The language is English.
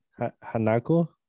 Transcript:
hanako